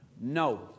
no